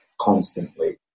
constantly